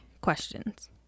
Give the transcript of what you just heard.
questions